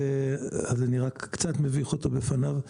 אני רק קצת מביך אותו בפניו,